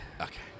Okay